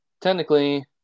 technically